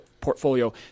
portfolio